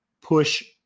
push